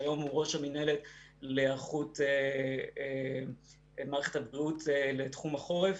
שהיום הוא ראש המינהלת להיערכות מערכת הבריאות לתחום החורף.